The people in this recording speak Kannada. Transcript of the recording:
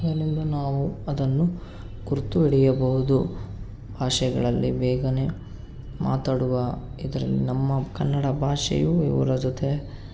ಅದರಿಂದ ನಾವು ಅದನ್ನು ಗುರುತು ಹಿಡಿಯಬಹುದು ಭಾಷೆಗಳಲ್ಲಿ ಬೇಗನೆ ಮಾತಾಡುವ ಇದರ ನಮ್ಮ ಕನ್ನಡ ಭಾಷೆಯು ಇವರ ಜೊತೆ